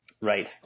Right